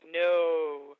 No